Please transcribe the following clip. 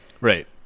Right